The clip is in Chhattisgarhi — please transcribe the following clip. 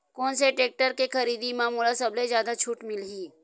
कोन से टेक्टर के खरीदी म मोला सबले जादा छुट मिलही?